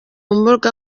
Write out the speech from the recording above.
mbuga